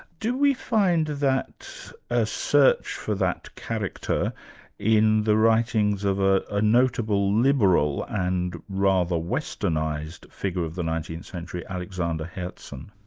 do we find that a search for that character in the writings of ah a notable liberal and rather westernised figure of the nineteenth century, alexander hertzen?